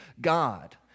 God